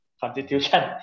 constitution